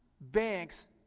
banks